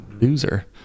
loser